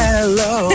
Hello